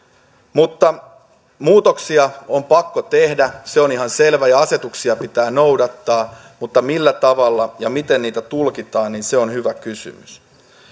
mutta muutoksia on pakko tehdä se on ihan selvä ja asetuksia pitää noudattaa mutta millä tavalla ja miten niitä tulkitaan se on hyvä kysymys